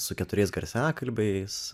su keturiais garsiakalbiais